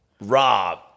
Rob